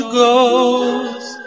goes